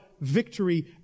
victory